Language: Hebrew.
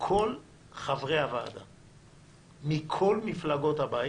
כל חברי הוועדה מכל מפלגות הבית.